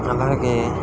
అలాగే